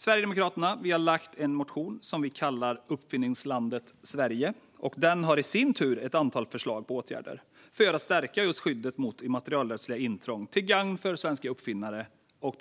Sverigedemokraterna har lagt fram en motion som vi kallar Uppfinningslandet Sverige , och den innehåller i sin tur ett antal förslag på åtgärder för att stärka skyddet mot immaterialrättsliga intrång till gagn för svenska uppfinnare och